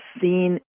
seen